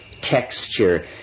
texture